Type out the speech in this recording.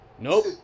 Nope